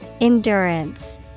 Endurance